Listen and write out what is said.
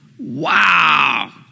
Wow